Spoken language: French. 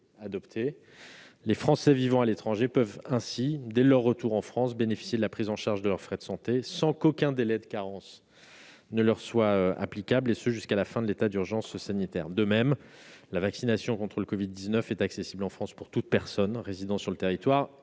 adoptés. Les Français vivant à l'étranger peuvent ainsi, dès leur retour en France, bénéficier de la prise en charge de leurs frais de santé sans qu'aucun délai de carence leur soit applicable, et ce jusqu'à la fin de l'état d'urgence sanitaire. De même, la vaccination contre le covid-19 est accessible en France pour toute personne résidant sur le territoire,